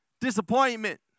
disappointment